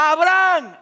Abraham